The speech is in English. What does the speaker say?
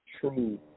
true